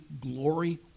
glory